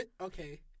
Okay